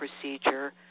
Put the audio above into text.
procedure